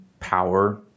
power